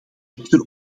echter